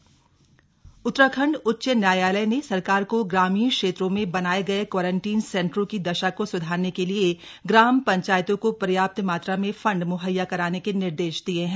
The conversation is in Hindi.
हाईकोर्ट उत्तराखंड उच्च न्यायालय ने सरकार को ग्रामीण क्षेत्रों में बनाये गये क्वारंटीन सेंटरों की दशा को सुधारने के लिये ग्राम पंचायतों को पर्याप्त मात्रा में फंड मुहैया कराने के निर्देश दिये हैं